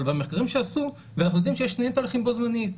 אבל במחקרים שעשו ואנחנו יודעים שיש שני תהליכים בו זמנית,